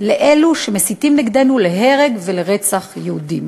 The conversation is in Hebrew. לאלו שמסיתים נגדנו, להרג ולרצח יהודים.